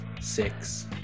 six